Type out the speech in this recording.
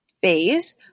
phase